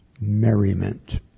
merriment